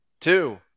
two